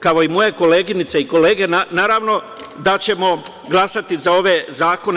Kao i moje koleginice i kolege, naravno da ćemo glasati za ove zakone.